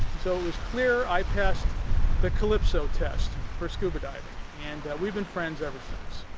so, it was clear i passed the calypso test for scuba diving and we've been friends ever since.